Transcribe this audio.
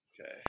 Okay